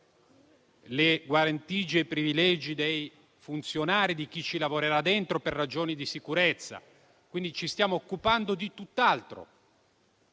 guarentigie e privilegi dei funzionari e di chi ci lavorerà al suo interno per ragioni di sicurezza. Quindi, ci stiamo occupando di tutt'altro.